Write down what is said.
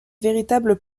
véritables